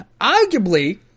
Arguably